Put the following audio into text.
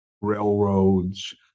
Railroads